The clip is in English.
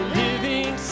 living